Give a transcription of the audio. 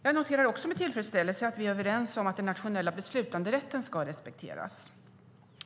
Jag noterar också med tillfredsställelse att vi är överens om att den nationella beslutanderätten ska respekteras.